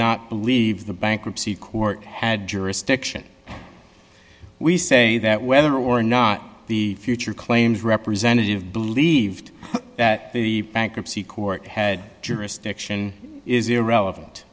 not believe the bankruptcy court had jurisdiction we say that whether or not the future claims representative believed that the bankruptcy court had jurisdiction is irrelevant